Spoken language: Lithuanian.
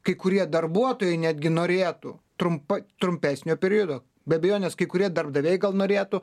kai kurie darbuotojai netgi norėtų trumpai trumpesnio periodo be abejonės kai kurie darbdaviai gal norėtų